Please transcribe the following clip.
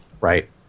right